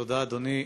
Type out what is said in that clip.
תודה, אדוני.